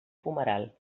fumeral